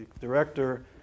director